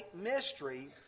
mystery